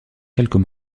quelques